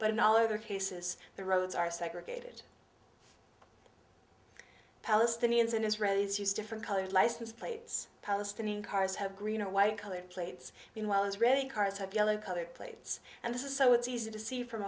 but in all of their cases the roads are segregated palestinians and israelis use different colored license plates palestinian cars have green or white colored plates meanwhile israeli cars have yellow colored plates and this is so it's easy to see from